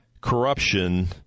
corruption